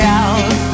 out